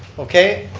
okay.